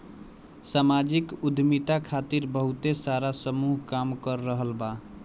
सामाजिक उद्यमिता खातिर बहुते सारा समूह काम कर रहल बा